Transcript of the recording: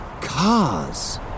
cars